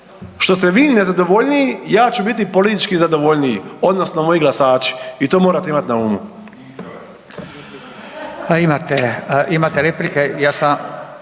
što ste vi nezadovoljniji, ja ću biti politički zadovoljniji odnosno moji glasači i to morate imati na umu.